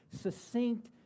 succinct